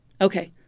okay